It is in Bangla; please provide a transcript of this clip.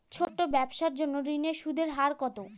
ছোট ব্যবসার জন্য ঋণের সুদের হার কত?